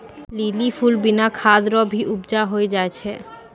lily फूल बिना खाद रो भी उपजा होय जाय छै